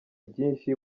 byinshi